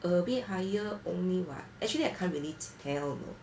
a bit higher only [what] actually I can't really t~ tell know